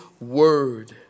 word